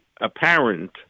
apparent